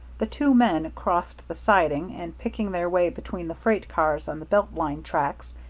the two men crossed the siding, and, picking their way between the freight cars on the belt line tracks,